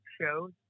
shows